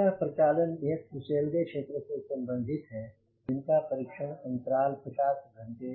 अतः प्रचलन 1 फुसेलगे क्षेत्र से संबंधित है जिनका परीक्षण अंतराल 50 घंटे